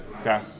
Okay